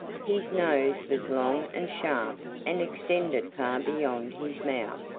his nose was long and sharp and extended far beyond his mouth.